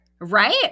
Right